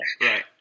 Right